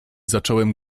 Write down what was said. zacząłem